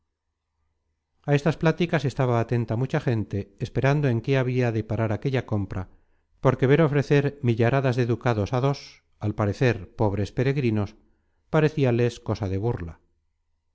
a estas pláticas estaba atenta mucha gente esperando en qué habia de parar aquella compra porque ver ofrecer millaradas de ducados á dos al parecer pobres peregrinos parecíales cosa de burla